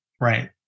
Right